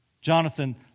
Jonathan